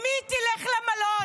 עם מי היא תלך למלון?